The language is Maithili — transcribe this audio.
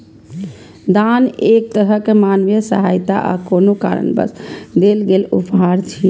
दान एक तरहक मानवीय सहायता आ कोनो कारणवश देल गेल उपहार छियै